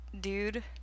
dude